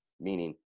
Meaning